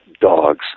dogs